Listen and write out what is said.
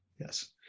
Yes